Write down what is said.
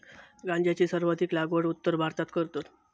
गांजाची सर्वाधिक लागवड उत्तर भारतात करतत